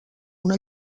una